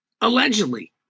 allegedly